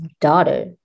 daughter